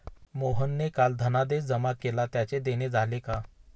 मोहनने काल धनादेश जमा केला त्याचे देणे झाले का?